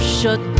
shut